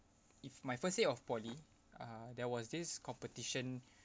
it's my first day of poly uh there was this competition